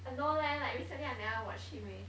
I don't know leh like recently I never watch him eh